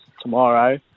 tomorrow